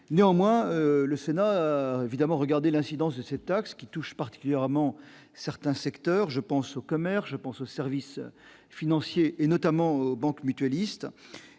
néanmoins le Sénat évidemment regarder l'incidence de cette taxe qui touche particulièrement certains secteurs, je pense au commerce, je pense aux services financiers et notamment aux banques mutualistes